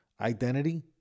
identity